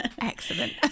excellent